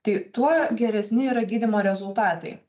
tai tuo geresni yra gydymo rezultatai